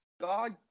God